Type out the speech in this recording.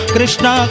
Krishna